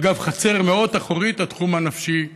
אגב, חצר מאוד אחורית, התחום הנפשי,